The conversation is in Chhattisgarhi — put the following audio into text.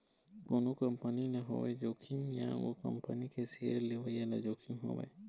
कोनो कंपनी ल होवय जोखिम या ओ कंपनी के सेयर लेवइया ल जोखिम होवय